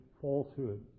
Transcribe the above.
falsehood